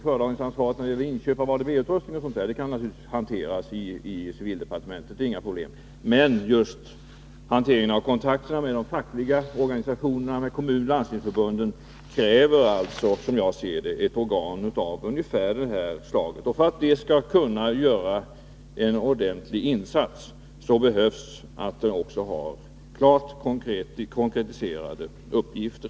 Föredragningsansvaret för inköp av ADB-utrustning och sådant kan naturligtvis utan problem hanteras inom civildepartementet, men kontakterna med de fackliga organisationerna samt med kommunoch landstingsförbunden kräver, som jag ser det, ett organ ungefär av datadelegationens typ. För att det skall kunna göras en ordentlig insats krävs dessutom att det har klart konkretiserade uppgifter.